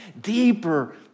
Deeper